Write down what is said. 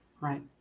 Right